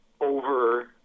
Over